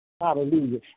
hallelujah